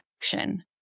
action